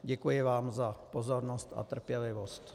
Děkuji vám za pozornost a trpělivost.